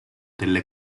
delle